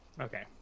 Okay